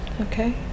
okay